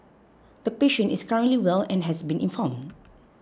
the patient is currently well and has been informed